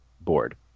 board